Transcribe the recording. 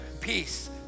peace